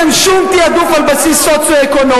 אין כאן שום תעדוף על בסיס סוציו-אקונומי.